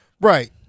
Right